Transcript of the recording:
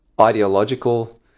ideological